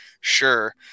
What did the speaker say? sure